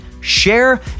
share